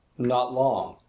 not long,